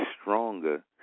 stronger